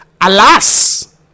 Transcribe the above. Alas